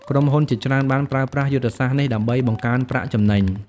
ក្រុមហ៊ុនជាច្រើនបានប្រើប្រាស់យុទ្ធសាស្ត្រនេះដើម្បីបង្កើនប្រាក់ចំណេញ។